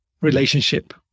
relationship